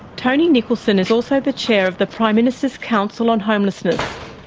tony nicholson is also the chair of the prime minister's council on homelessness.